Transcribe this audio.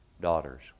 daughters